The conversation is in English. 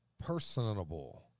personable